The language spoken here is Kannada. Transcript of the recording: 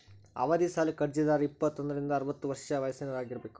ಅವಧಿ ಸಾಲಕ್ಕ ಅರ್ಜಿದಾರ ಇಪ್ಪತ್ತೋಂದ್ರಿಂದ ಅರವತ್ತ ವರ್ಷ ವಯಸ್ಸಿನವರಾಗಿರಬೇಕ